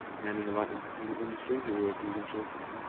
men in the light entertainment industry who were abusing children.